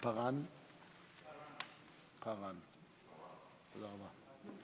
תודה רבה.